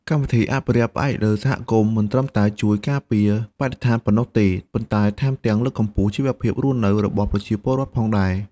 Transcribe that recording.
កម្មវិធីអភិរក្សផ្អែកលើសហគមន៍ មិនត្រឹមតែជួយការពារបរិស្ថានប៉ុណ្ណោះទេ ប៉ុន្តែថែមទាំងលើកកម្ពស់ជីវភាពរស់នៅរបស់ប្រជាពលរដ្ឋផងដែរ។